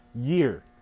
year